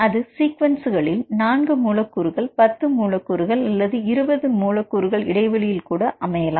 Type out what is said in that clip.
அது சீக்வென்ஸ்கள்களில் நான்கு மூலக்கூறுகள் பத்து மூலக்கூறுகள் அல்லது 20 மூலக்கூறுகள் இடைவெளியில் கூட அமையலாம்